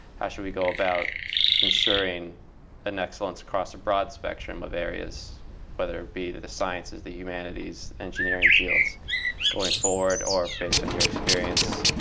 how should we go about ensuring and excellence across a broad spectrum of areas whether it be the the sciences, the humanities, engineering fields going forward? or based on your experience,